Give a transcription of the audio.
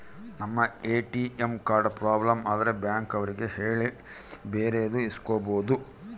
ನಮ್ ATM card problem ಆದ್ರೆ bank ಅವ್ರಿಗೆ ಹೇಳಿ ಬೇರೆದು ಇಸ್ಕೊಬೋದು